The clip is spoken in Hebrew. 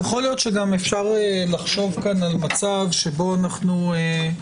יכול להיות שגם אפשר לחשוב כאן על מצב שבו אנחנו עושים